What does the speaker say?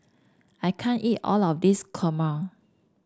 I can't eat all of this kurma